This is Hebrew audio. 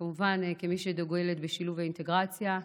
כמובן, כמי שדוגלת בשילוב ואינטגרציה,